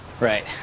right